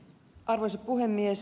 arvoisa puhemies